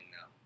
now